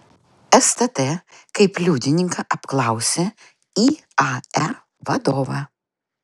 stt kaip liudininką apklausė iae vadovą